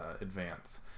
advance